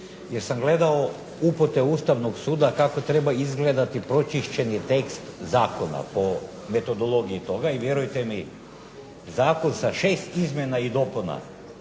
jer sam gledao upute Ustavnog suda kako treba izgledati pročišćeni tekst zakona po metodologiji toga. I vjerujte mi zakon sa 6 izmjena i dopuna